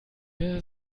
der